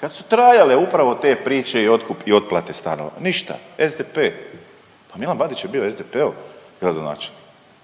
kad su trajale upravo te priče i otkup i otplate stanova, ništa, SDP, pa nema, Bandić je bio u SDP-u gradonačelnik.